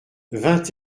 vingt